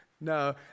No